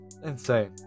Insane